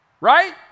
Right